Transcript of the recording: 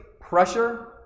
pressure